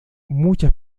muchas